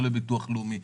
לא לביטוח לאומי,